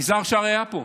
יזהר שי היה פה.